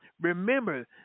Remember